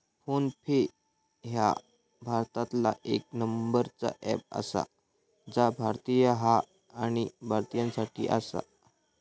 phone पे ह्या भारतातला येक नंबरचा अँप आसा जा भारतीय हा आणि भारतीयांसाठी आसा